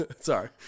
Sorry